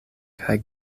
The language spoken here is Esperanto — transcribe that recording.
kaj